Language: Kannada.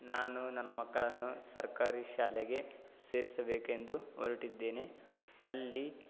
ನಾನು ನನ್ನ ಮಕ್ಕಳನ್ನು ಸರ್ಕಾರಿ ಶಾಲೆಗೆ ಸೇರಿಸಬೇಕೆಂದು ಹೊರಟಿದ್ದೇನೆ ಅಲ್ಲಿ